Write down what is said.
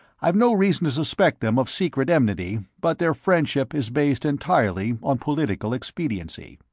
i've no reason to suspect them of secret enmity, but their friendship is based entirely on political expediency.